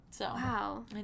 Wow